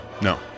No